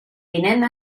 vinent